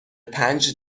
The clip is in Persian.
پنج